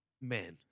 man